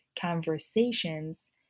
conversations